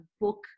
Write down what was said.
book